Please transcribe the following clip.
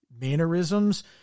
mannerisms